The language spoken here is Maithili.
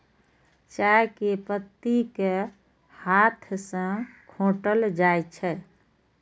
चाय के पत्ती कें हाथ सं खोंटल जाइ छै